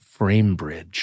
FrameBridge